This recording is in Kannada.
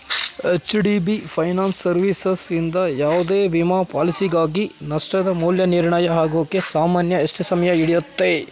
ಅಚ್ ಡಿ ಬಿ ಫೈನಾನ್ಸ್ ಸರ್ವೀಸಸಿಂದ ಯಾವುದೇ ವಿಮಾ ಪಾಲಿಸಿಗಾಗಿ ನಷ್ಟದ ಮೌಲ್ಯನಿರ್ಣಯ ಆಗೋಕೆ ಸಾಮಾನ್ಯ ಎಷ್ಟು ಸಮಯ ಹಿಡ್ಯತ್ತೆ